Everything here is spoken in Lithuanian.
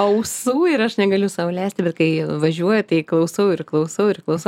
ausų ir aš negaliu sau leisti bet kai važiuoju tai klausau ir klausau ir klausau